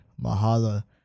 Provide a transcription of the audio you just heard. Mahala